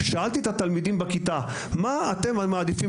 שאלתי את התלמידים בכיתה: מה אתם מעדיפים